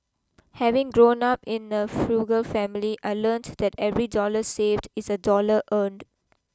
having grown up in a frugal family I learnt that every dollar saved is a dollar earned